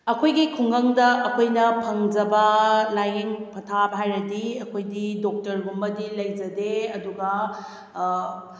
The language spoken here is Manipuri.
ꯑꯩꯈꯣꯏꯒꯤ ꯈꯨꯡꯒꯪꯗ ꯑꯩꯈꯣꯏꯅ ꯐꯪꯖꯕ ꯂꯥꯏꯌꯦꯡ ꯄꯊꯥꯞ ꯍꯥꯏꯔꯒꯗꯤ ꯑꯩꯈꯣꯏꯗꯤ ꯗꯣꯛꯇꯔꯒꯨꯝꯕꯗꯤ ꯂꯩꯖꯗꯦ ꯑꯗꯨꯒ